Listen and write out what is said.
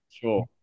Sure